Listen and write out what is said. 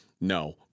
No